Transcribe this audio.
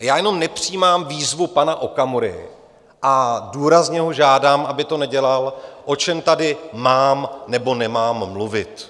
Já jenom nepřijímám výzvu pana Okamury a důrazně ho žádám, aby to nedělal, o čem tady mám, nebo nemám mluvit.